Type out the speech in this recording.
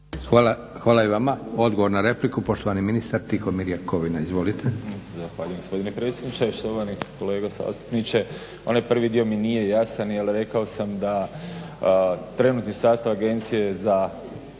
Hvala lijepa. I odgovor na repliku, poštovani ministar Tihomir Jakovina. Izvolite.